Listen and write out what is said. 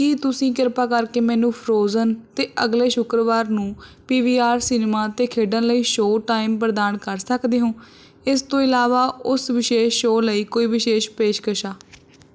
ਕੀ ਤੁਸੀਂ ਕਿਰਪਾ ਕਰਕੇ ਮੈਨੂੰ ਫ੍ਰੋਜ਼ਨ ਅਤੇ ਅਗਲੇ ਸ਼ੁੱਕਰਵਾਰ ਨੂੰ ਪੀਵੀਆਰ ਸਿਨੇਮਾ 'ਤੇ ਖੇਡਣ ਲਈ ਸ਼ੋਅ ਟਾਈਮ ਪ੍ਰਦਾਨ ਕਰ ਸਕਦੇ ਹੋ ਇਸ ਤੋਂ ਇਲਾਵਾ ਉਸ ਵਿਸ਼ੇਸ਼ ਸ਼ੋਅ ਲਈ ਕੋਈ ਵਿਸ਼ੇਸ਼ ਪੇਸ਼ਕਸ਼ਾਂ